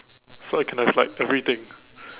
so I can have like everything